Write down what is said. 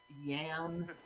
yams